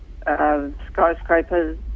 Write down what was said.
skyscrapers